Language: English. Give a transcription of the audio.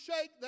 shake